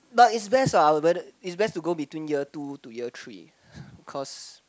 but is best ah is best to go between year two to year three because